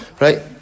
Right